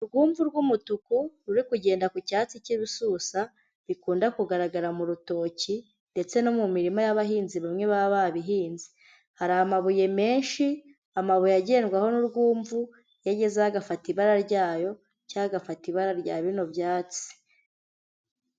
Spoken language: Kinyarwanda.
Urwumva rw'umutuku rurikugenda ku cyatsi cy'ibisusa bikunda kugaragara mu rutoki ndetse no mu mirima y'abahinzi bamwe baba babihinze. Hari amabuye menshi amabuye agendwaho n'urwumvu iyagezeho agafata ibara ryayo cyangwa agafata ibara rya bino byatsi.